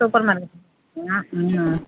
super market ஆ ம்